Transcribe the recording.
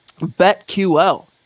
BetQL